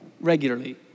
regularly